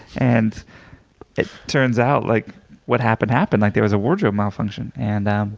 and it turns out like what happened, happened. like there was a wardrobe malfunction. and um